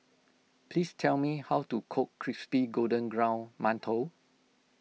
please tell me how to cook Crispy Golden Brown Mantou